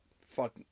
fuck